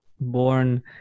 born